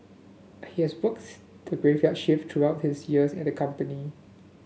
he has works the graveyard shift throughout his years at the company